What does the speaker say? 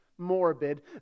morbid